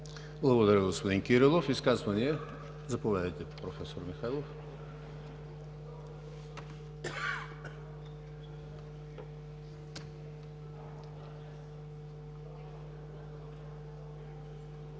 Благодаря, господин Кирилов. Изказвания? Заповядайте, професор Михайлов.